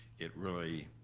it really,